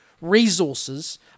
resources